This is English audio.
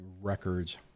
records